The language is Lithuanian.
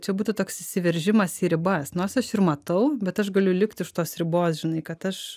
čia būtų toks įsiveržimas į ribas nors aš ir matau bet aš galiu likt už tos ribos žinai kad aš